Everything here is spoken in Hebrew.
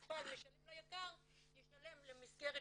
שהמטופל משלם ליק"ר ישלם למסגרת שלנו,